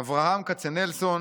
אברהם קצנלסון,